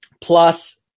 Plus